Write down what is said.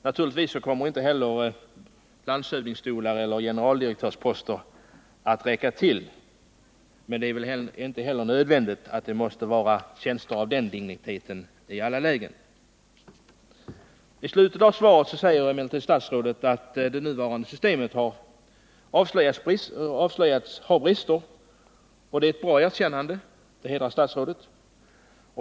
Naturligtvis kommer inte landshövdingsstolarna och generaldirektörsposterna att räcka till för sådana arrangemang, men det är väl inte heller alltid nödvändigt med tjänster av den digniteten. I slutet av sitt svar säger emellertid statsrådet att det har avslöjats brister i det nuvarande systemet. Det är ett bra erkännande, och det hedrar statsrådet.